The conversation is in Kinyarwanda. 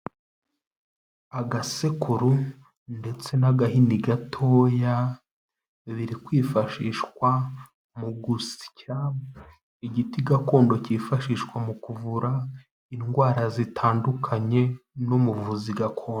Agasekuru ndetse n'agahini gatoya birikwifashishwa mu gusya igiti gakondo kifashishwa mu kuvura indwara zitandukanye n'umuvuzi gakondo.